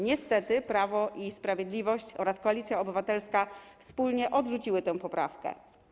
Niestety Prawo i Sprawiedliwość oraz Koalicja Obywatelska wspólnie odrzuciły tę poprawkę.